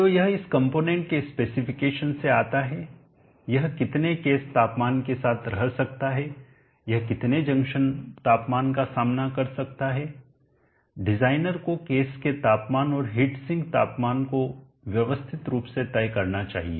तो यह इस कंपोनेंट के स्पेसिफिकेशन से आता है यह कितने केस तापमान के साथ रह सकता है यह कितने जंक्शन तापमान का सामना कर सकता है डिजाइनर को केस के तापमान और हिट सिंक तापमान को व्यवस्थित रूप से तय करना चाहिए